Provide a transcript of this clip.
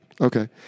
Okay